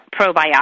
probiotics